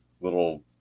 little